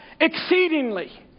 exceedingly